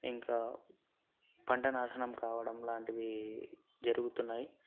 ఇంకా పంట నాశనం కావడం లాంటివి జరుగుతున్నాయి